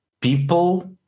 people